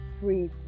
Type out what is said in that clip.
free